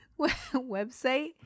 website